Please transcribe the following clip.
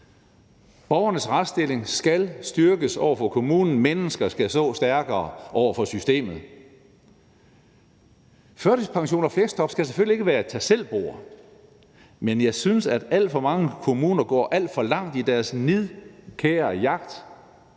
Borgernes retsstilling skal styrkes over for kommunen; mennesker skal stå stærkere over for systemet. Førtidspension og fleksjob skal selvfølgelig ikke være et tag selv-bord, men jeg synes, at alt for mange kommuner går alt for langt i deres nidkære jagt